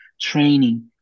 training